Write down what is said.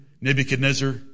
Nebuchadnezzar